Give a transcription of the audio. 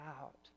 out